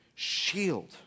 Shield